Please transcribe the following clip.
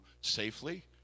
safely